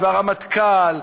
והרמטכ"ל,